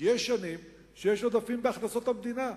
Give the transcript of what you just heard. יש שנים שבהן יש עודפים בהכנסות המדינה.